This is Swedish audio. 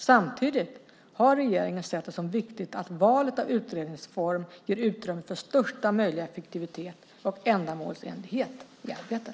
Samtidigt har regeringen sett det som viktigt att valet av utredningsform ger utrymme för största möjliga effektivitet och ändamålsenlighet i arbetet.